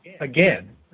again